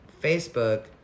Facebook